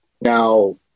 Now